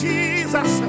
Jesus